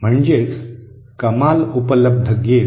म्हणजेच कमाल उपलब्ध गेन